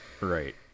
Right